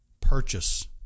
purchase